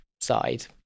side